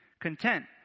content